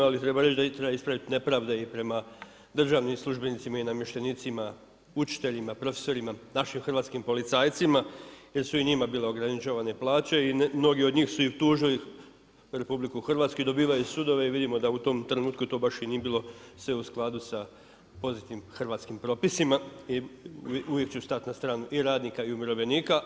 Ali treba reći da treba ispraviti nepravde i prema državnim službenicima i namještenicima, učiteljima, profesorima, našim hrvatskim policajcima jer su i njima bila ograničavane plaće i mnogi od njih su i tužili RH i dobivaju sudove i vidimo da u tom trenutku to baš i nije bilo sve u skladu sa poznatim hrvatskim propisima i uvijek ću stati na stranu i radnika i umirovljenika.